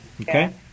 Okay